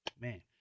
Man